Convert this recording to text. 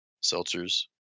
Seltzer's